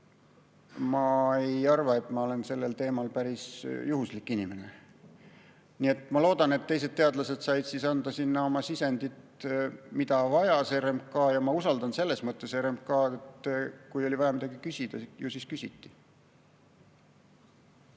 ma ei arva, et ma olen selle teema mõttes päris juhuslik inimene. Ma loodan, et teised teadlased said anda sinna oma sisendit, mida RMK vajas. Ma usaldan RMK‑d selles mõttes, et kui oli vaja midagi küsida, ju siis küsiti.